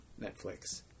Netflix